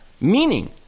meaning